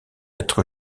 être